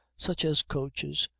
such as coaches,